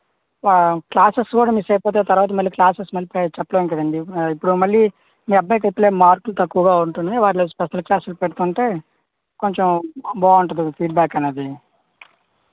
ఆ క్లాసెస్ కూడా మిస్ అయిపోతే తర్వాత మళ్ళీ క్లాసెస్ మళ్ళీ మేము చెప్పలేము కదండి ఆ ఇప్పుడు మళ్ళీ మీ అబ్బాయికి ఇప్పుడే మార్కులు తక్కువగా ఉంటున్నాయి వాట్లకి స్పెషల్ క్లాసెస్ పెట్టుకుంటే కొంచెం బాగుంటది ఫీడ్ బ్యాక్ అనేది